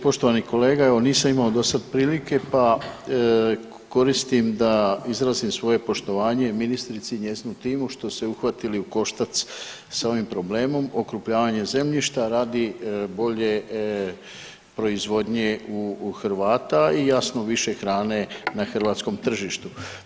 Poštovani kolega evo nisam imao dosada prilike pa koristim da izrazim svoje poštovanje ministrici i njezinu timu što su se uhvatili u koštac sa ovim problemom, okrupnjavanjem zemljišta radi bole proizvodnje u Hrvata i jasno više i hrane na hrvatskom tržištu.